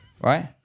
right